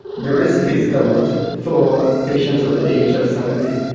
the risk is doubled for patients over the age of seventy.